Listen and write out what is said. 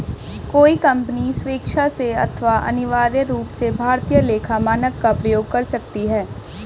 कोई कंपनी स्वेक्षा से अथवा अनिवार्य रूप से भारतीय लेखा मानक का प्रयोग कर सकती है